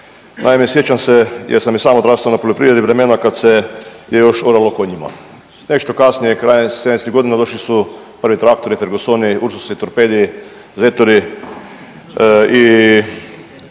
Naime, sjećam se jer sam i sam odrastao na poljoprivredi, vremena kad se je još oralo po njima. Nešto kasnije, krajem 70-ih godina, došli su prvi traktori, Fergusoni, Ursusi, Torpedi, Zetori i